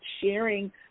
sharing